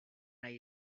nahi